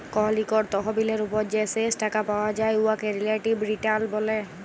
call ইকট তহবিলের উপর যে শেষ টাকা পাউয়া যায় উয়াকে রিলেটিভ রিটার্ল ব্যলে